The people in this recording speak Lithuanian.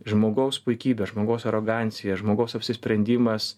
žmogaus puikybė žmogaus arogancija žmogaus apsisprendimas